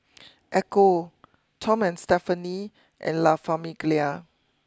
Ecco Tom and Stephanie and La Famiglia